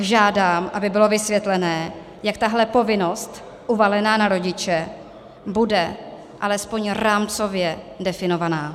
A žádám, aby bylo vysvětleno, jak tahle povinnost uvalená na rodiče bude alespoň rámcově definovaná.